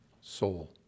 soul